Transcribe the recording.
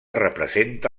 representa